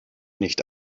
nicht